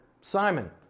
Simon